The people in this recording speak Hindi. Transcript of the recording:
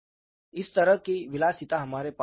इस तरह की विलासिता हमारे पास नहीं थी